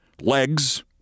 legs